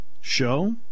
show